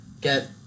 get